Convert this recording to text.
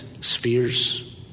spheres